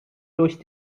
durch